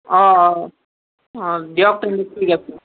অঁ অঁ অঁ অঁ দিয়ক তেন্তে ঠিক আছে